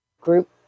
group